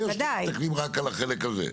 או שאתם מסתכלים רק על החלק הזה?